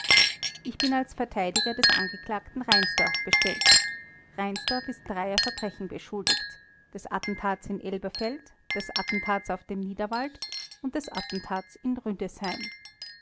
ich bin als verteidiger des angeklagten reinsdorf bestellt reinsdorf ist dreier verbrechen beschuldigt des attentats in elberfeld des attentats auf dem niederwald und des attentats in rüdesheim